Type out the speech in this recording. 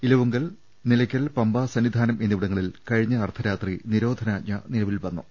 ഇലവുങ്കൽ നിലക്കൽ പമ്പ സന്നിധാനം എന്നിവിടങ്ങളിൽ കഴിഞ്ഞ അർധരാത്രി നിരോധനാജ്ഞ നിലവിൽ വന്നു